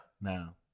Now